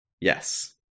Yes